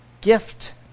gift